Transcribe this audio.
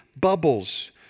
bubbles